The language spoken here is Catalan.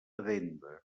addenda